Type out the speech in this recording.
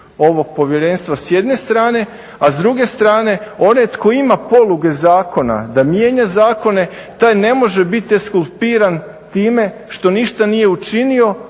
ovog povjerenstva s jedne strane, a s druge strane onaj tko ima poluge zakona da mijenja zakone taj ne može biti ekskulpiran time što ništa nije učinio,